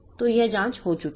तो यह जाँच हो चुकी हैं